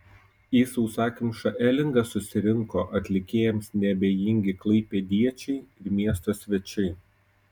į sausakimšą elingą susirinko atlikėjams neabejingi klaipėdiečiai ir miesto svečiai